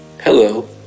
Hello